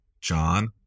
John